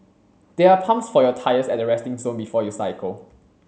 there are pumps for your tyres at the resting zone before you cycle